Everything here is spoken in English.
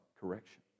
correction